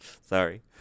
Sorry